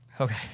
Okay